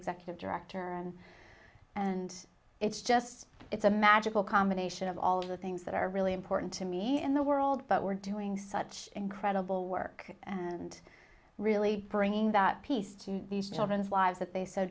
executive director and and it's just it's a magical combination of all of the things that are really important to me in the world but we're doing such incredible work and really bringing that peace to these children's lives that they so